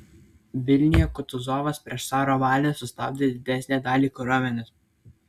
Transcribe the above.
vilniuje kutuzovas prieš caro valią sustabdė didesnę dalį kariuomenės